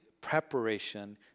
preparation